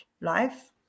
life